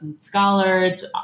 scholars